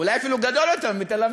אולי הוא אפילו גדול יותר מתל-אביב.